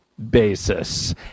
Basis